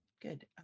good